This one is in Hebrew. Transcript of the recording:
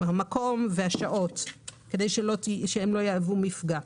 המקום והשעות כדי שלא יהוו מפגע.